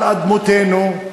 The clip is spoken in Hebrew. על אדמותינו,